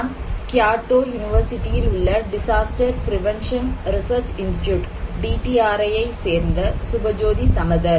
நான் கியோட்டோ யுனிவர்சிட்டியில் உள்ள டிசாஸ்டர் பிரேவென்ஷன் ரிசர்ச் இன்ஸ்ட்யூட் ஐ சேர்ந்த சுபஜோதி சமதர்